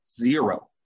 zero